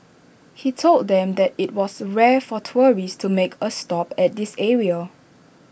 he told them that IT was rare for tourists to make A stop at this area